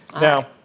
Now